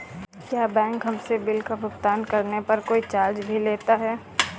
क्या बैंक हमसे बिल का भुगतान करने पर कोई चार्ज भी लेता है?